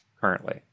currently